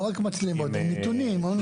לא רק מצלמות, נתונים און ליין.